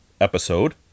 episode